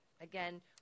Again